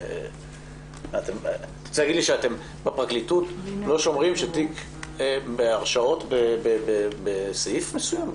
אתה רוצה להגיד שבפרקליטות לא שומרים תיק לפי הרשעות בסעיף מסוים?